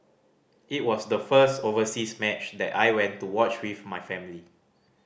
it was the first overseas match that I went to watch with my family